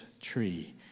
tree